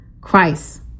Christ